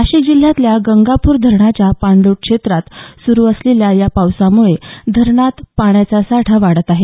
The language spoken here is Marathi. नाशिक जिल्ह्यातल्या गंगापूर धरणाच्या पाणलोट क्षेत्रात सुरू असलेल्या या पावसामुळे धरणात पाण्याचा साठा वाढत आहे